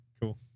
Cool